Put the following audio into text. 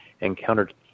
encountered